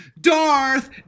Darth